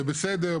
בסדר,